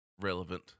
relevant